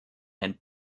and